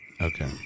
Okay